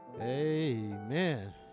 Amen